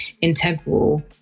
integral